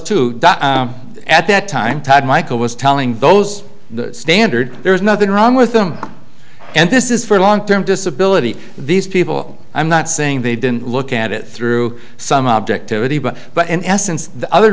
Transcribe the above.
two at that time todd michael was telling those standard there is nothing wrong with them and this is for long term disability these people i'm not saying they didn't look at it through some objectivity but but in essence the other